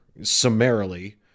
summarily